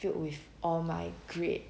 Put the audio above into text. filled with all my grades